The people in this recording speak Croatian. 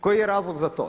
Koji je razlog za to?